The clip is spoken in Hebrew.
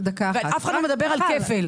אף אחד לא מדבר על כפל.